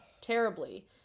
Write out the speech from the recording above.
terribly